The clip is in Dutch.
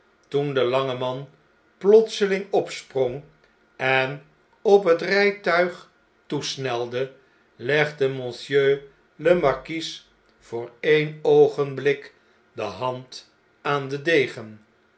toen de lange man plotseling opsprong en op het rn'tuig toesnelde legde monsieur le marquis voor een oogenbhkde hand aan den degen